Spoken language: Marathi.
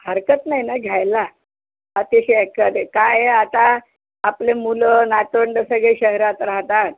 हरकत नाही ना घ्यायला अतिशय एखादे काय आता आपले मुलं नातवंड सगळे शहरात राहतात